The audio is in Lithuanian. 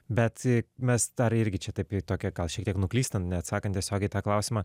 bet mes dar irgi čia taip jei tokia gal šiek tiek nuklystant neatsakant tiesiogiai tą klausimą